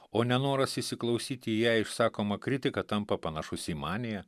o nenoras įsiklausyti į jai išsakomą kritiką tampa panašus į maniją